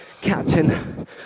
captain